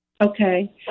Okay